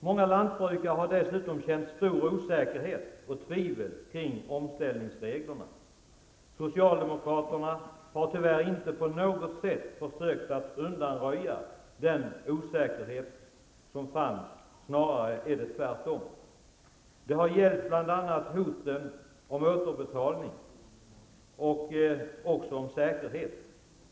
Många lantbrukare har dessutom känt stor osäkerhet och tvivel beträffande omställningsreglerna. Socialdemokraterna har tyvärr inte på något sätt försökt att undanröja den osäkerheten -- snarare är det tvärtom. Detta har gällt bl.a. hoten om återbetalning och om säkerhet.